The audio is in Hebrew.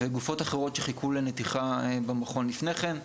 וגופות אחרות שחיכו לנתיחה במכון לפני כן.